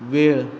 वेळ